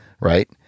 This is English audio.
right